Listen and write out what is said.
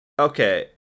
Okay